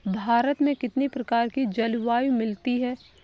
भारत में कितनी प्रकार की जलवायु मिलती है?